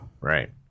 Right